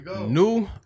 new